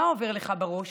מה עובר לך בראש?"